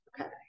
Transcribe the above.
Okay